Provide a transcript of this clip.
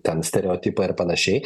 ten stereotipą ir panašiai